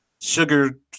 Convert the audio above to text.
sugar